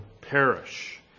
perish